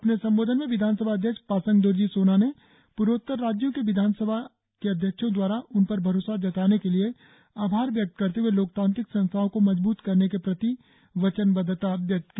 अपने संबोधन में विधानसभा अध्यक्ष पासांग दोरजी सोना ने पूर्वोत्तर राज्यों के विधानसभा के अध्यक्षों दवारा उनपर भरोसा जताने के लिए आभार व्यक्त करते हए लोकतांत्रिक संस्थाओं को मजबूत करने के प्रति वचनबद्धता व्यक्त की